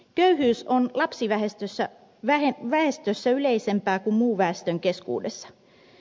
köyhyys on lapsiväestössä yleisempää kuin muun väestön keskuudessa